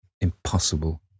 Impossible